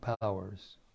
powers